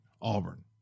Auburn